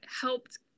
helped